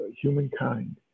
humankind